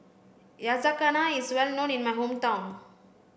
Yakizakana is well known in my hometown